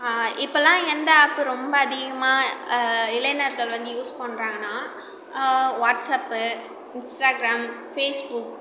இப்போல்லாம் எந்த ஆப்பு ரொம்ப அதிகமாக இளைநர்கள் வந்து யூஸ் பண்ணுறாங்கன்னா வாட்ஸப்பு இன்ஸ்டாகிராம் ஃபேஸ்புக்